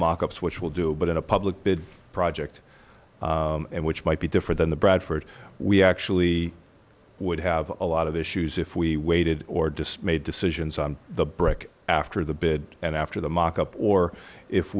mock ups which will do but in a public bid project which might be different than the bradford we actually would have a lot of issues if we waited or dismayed decisions on the break after the bid and after the mock up or if